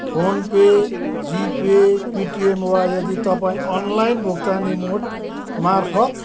phone pay GPay Paytm वा यदि तपाईँ अनलाइन भुक्तानी मोड मार्फत